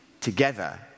together